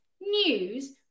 news